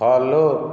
follow